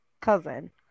Cousin